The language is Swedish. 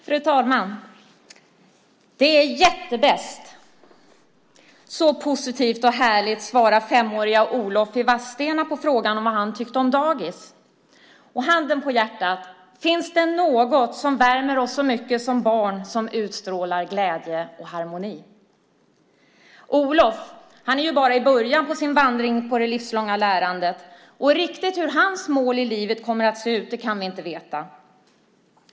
Fru talman! Det är jättebäst! Så positivt och härligt svarade femåriga Olof i Vadstena på frågan om vad han tyckte om dagis. Handen på hjärtat: Finns det något som värmer oss så mycket som barn som utstrålar glädje och harmoni? Olof är ju bara i början på sin vandring i det livslånga lärandet. Riktigt hur hans mål i livet kommer att se ut kan vi inte veta.